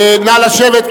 נא לשבת.